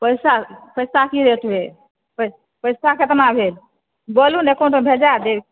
पैसा पैसा की रेट भेल पैसा कितना भेल बोलू ने कोनो भेजा देब